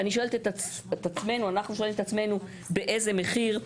ואנחנו שואלים את עצמנו באיזה מחיר?